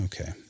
Okay